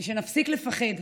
ושנפסיק לפחד.